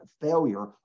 failure